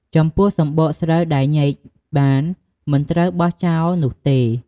ចំពោះសម្បកស្រូវដែលញែកបាន មិនត្រូវបានបោះចោលនោះទេ។